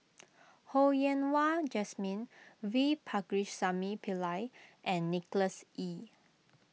Ho Yen Wah Jesmine V Pakirisamy Pillai and Nicholas Ee